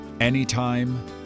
anytime